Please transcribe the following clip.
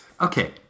okay